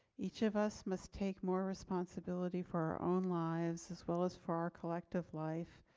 each of us must take more responsibility for our own lives as well as for our collective life.